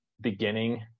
beginning